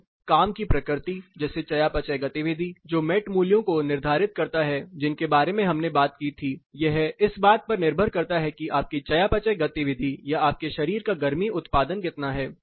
फिर काम की प्रकृति जैसे चयापचय गतिविधि जो मेट मूल्यों को निर्धारित करता है जिनके बारे में हमने बात की थी यह इस बात पर निर्भर करता है कि आपकी चयापचय गतिविधि या आपके शरीर का गर्मी उत्पादन कितना है